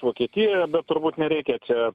vokietijoje bet turbūt nereikia čia